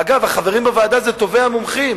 אגב, החברים בוועדה הם טובי המומחים.